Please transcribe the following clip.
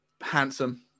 handsome